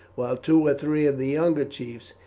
while two or three of the younger chiefs,